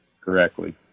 correctly